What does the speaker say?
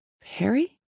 Perry